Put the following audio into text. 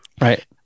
right